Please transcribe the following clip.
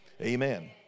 Amen